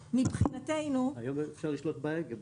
היום בכל הנושאים האלה אפשר לשלוט מההגה.